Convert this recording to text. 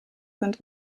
sind